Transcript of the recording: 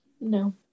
No